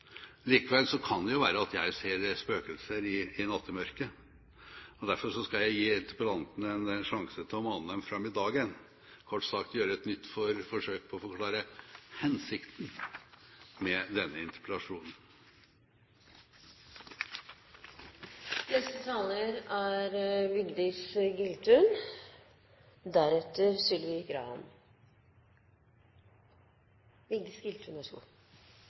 kan det jo være at jeg ser spøkelser i nattemørket. Derfor skal jeg gi interpellanten en sjanse til å mane dem fram i dagen – kort sagt, gjøre et nytt forsøk på å forklare hensikten med denne